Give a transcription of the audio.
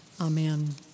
Amen